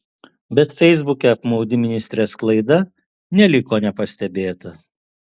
bet feisbuke apmaudi ministrės klaida neliko nepastebėta